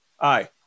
aye